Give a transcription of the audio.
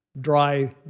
dry